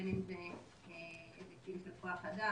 בין אם זה היבטים של כוח אדם,